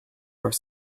are